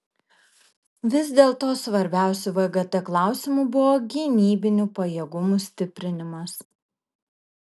vis dėlto svarbiausiu vgt klausimu buvo gynybinių pajėgumų stiprinimas